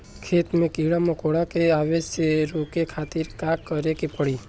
खेत मे कीड़ा मकोरा के आवे से रोके खातिर का करे के पड़ी?